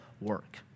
work